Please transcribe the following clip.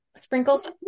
sprinkles